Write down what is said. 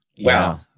Wow